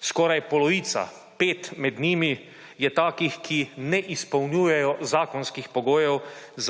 Skoraj polovica, pet med njimi je takih, ki ne izpolnjujejo zakonskih pogojev